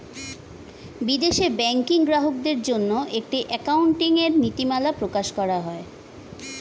বিদেশে ব্যাংকিং গ্রাহকদের জন্য একটি অ্যাকাউন্টিং এর নীতিমালা প্রকাশ করা হয়